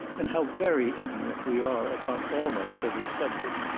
and how very ignorant we are upon almost every subject,